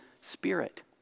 spirit